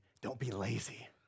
don't-be-lazy